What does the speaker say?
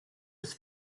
was